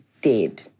dead